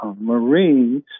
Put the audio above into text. Marines